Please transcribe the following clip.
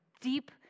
deep